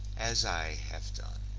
as i have done.